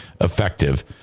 effective